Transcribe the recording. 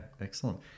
excellent